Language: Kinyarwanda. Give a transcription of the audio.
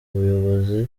buyobozi